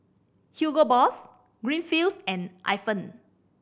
Hugo Boss Greenfields and Ifan